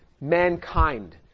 mankind